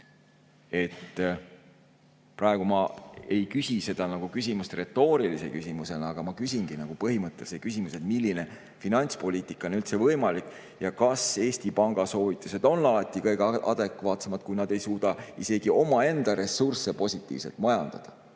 Praegu ma ei küsi seda küsimust retoorilise küsimusena. Ma küsingi põhimõttelise küsimuse, milline finantspoliitika on üldse võimalik ja kas Eesti Panga soovitused on ikka adekvaatsed, kui nad ei suuda isegi omaenda ressursse positiivselt majandada.